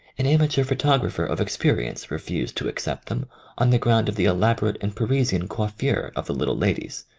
an amateur photographer of ex perience refused to accept them on the ground of the elaborate and parisian coif fure of the little ladies.